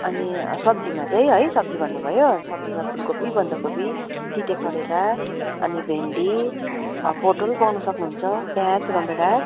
अनि सब्जीमा चाहिँ है सब्जी भन्नुभयो सब्जीमा फुलकोपी बन्दकोपी तिते करेला अनि भिन्डी पोटल पाउनु सक्नुहुन्छ प्याज रामभेँडा